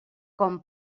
com